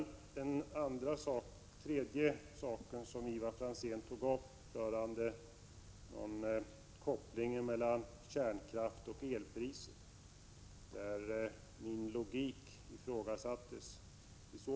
Den tredje frågan som Ivar Franzén tog upp rörde kopplingen mellan kärnkraft och elpriser. Han ifrågasatte i detta sammanhang min logik.